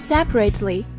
Separately